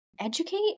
educate